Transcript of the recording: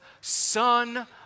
son